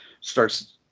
starts